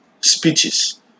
speeches